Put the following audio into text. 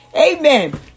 Amen